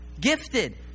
gifted